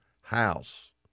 house